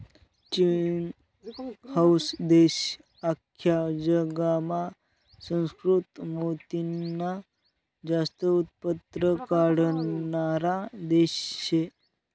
चीन हाऊ देश आख्खा जगमा सुसंस्कृत मोतीनं जास्त उत्पन्न काढणारा देश शे